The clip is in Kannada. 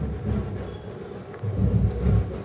ಸರ್ ನನ್ನ ಕ್ಯೂ.ಆರ್ ಕೊಡಿಗೂ ಆ ಯು.ಪಿ.ಐ ಗೂ ಏನ್ ವ್ಯತ್ಯಾಸ ಐತ್ರಿ?